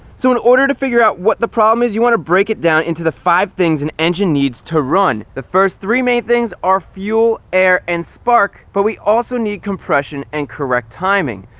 so, in order to figure out what the problem is, you want to break it down into the five things an engine needs to run. the first three main things are fuel, air, and spark, but we also need compression and correct timing.